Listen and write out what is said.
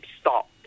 stop